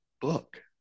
book